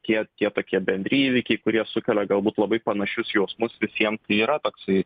tie tie tokie bendri įvykiai kurie sukelia galbūt labai panašius jausmus visiem tai yra toksai